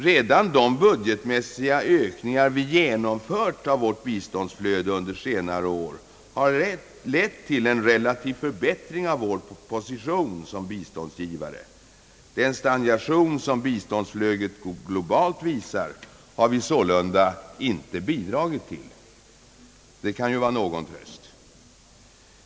Redan de budgetmässiga ökningar vi genomfört i vårt biståndsflöde under senare år har lett till en relativ förbättring av vår position som biståndsgivare. Den stagnation som biståndsflödet normalt visar har vi sålunda inte bidragit till. Det kan vara någon tröst.